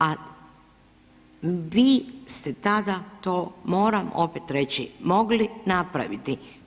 A vi ste tada, to moram opet reći, mogli napraviti.